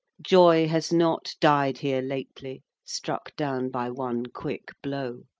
joy has not died here lately, struck down by one quick blow